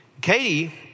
Katie